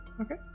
Okay